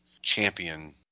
champion